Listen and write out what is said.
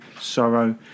sorrow